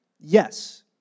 Yes